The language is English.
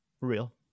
Real